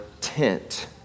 tent